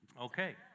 Okay